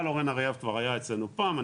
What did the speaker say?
אורן אריאב כבר היה אצלנו פעם,